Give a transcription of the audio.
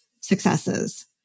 successes